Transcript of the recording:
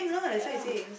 ya lah